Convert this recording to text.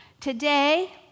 Today